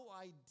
idea